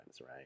right